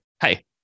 hey